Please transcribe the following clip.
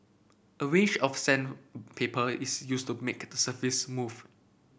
a range of sandpaper is used to make surface smooth